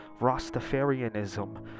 Rastafarianism